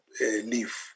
leave